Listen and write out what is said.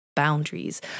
Boundaries